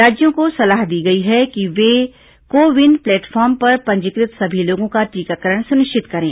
राज्यों को सलाह दी गई है कि वे को विन प्लेटफॉर्म पर पंजीकृत सभी लोगों का टीकाकरण सुनिश्चित करें